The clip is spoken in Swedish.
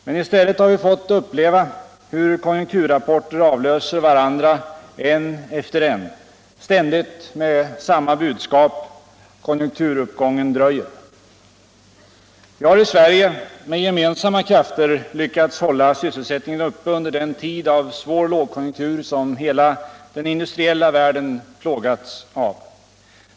Men i stället har vi fått uppleva hur konjunkturrapporter avlöser varandra - en efter en — ständigt med samma budskap: Kon Junkturuppgången dröjer. Vi har i Sverige med gemensamma krafter lyckats hålla svsselsättningen uppe under den tid av svår lågkonjunktur som hela den industriella världen plågats av.